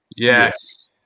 Yes